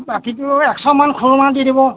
বাকীটো এশমান খুৰমা দি দিব